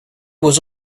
was